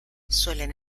suelen